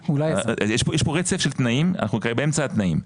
יש פה רצף של תנאים אנחנו כרגע באמצע התנאים,